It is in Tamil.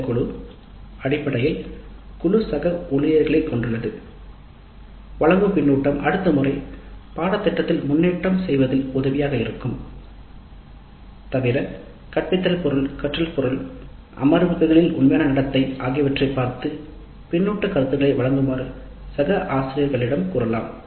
இந்த குழு அடிப்படையில் குழு சக ஊழியர்களைக் கொண்டுள்ளது வழங்கும் கருத்து அடுத்த முறை பாட திட்டத்தில் முன்னேற்றம் செய்வதில் உதவியாக இருக்கும் தவிர கற்பித்தல் பொருள் கற்றல் பொருள் அமர்வுகளில் உண்மையான நடத்தை ஆகியவற்றைப் பார்த்து பின்னூட்ட கருத்துக்களை வழங்குமாறு சக ஆசிரியர்களிடம் கூறலாம்